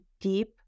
deep